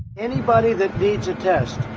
anybody that needs a test